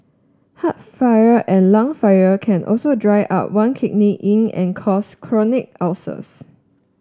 heart fire and lung fire can also dry up one kidney yin and cause chronic ulcers